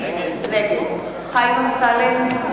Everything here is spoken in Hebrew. נגד חיים אמסלם,